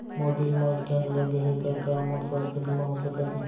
मोर दिल मा स्टन्ट लगे हे ता का मोर स्वास्थ बीमा हो सकत हे?